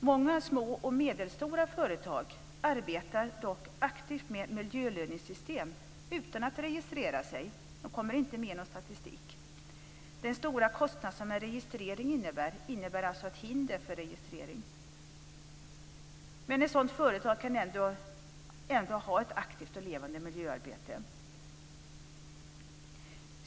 Många små och medelstora företag arbetar dock aktivt med miljöledningssystem utan att registrera sig. De kommer inte med i någon statistik. Den stora kostnad som en registrering innebär, utgör alltså ett hinder för registrering. Men ett sådant företag kan ändå ha ett aktivt och levande miljöarbete.